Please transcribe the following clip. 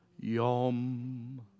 Yom